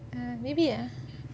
maybe ah